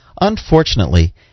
Unfortunately